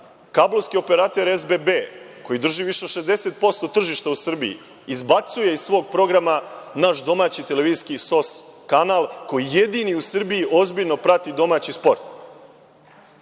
kablovski operater SBB, koji drži više od 60% tržišta u Srbiji, izbacuje iz svog programa naš domaći televizijski SOS kanal, koji jedini u Srbiji ozbiljno prati domaći sport.